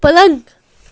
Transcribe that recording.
پٕلنٛگ